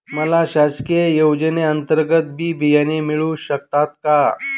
मला शासकीय योजने अंतर्गत बी बियाणे मिळू शकतात का?